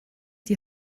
die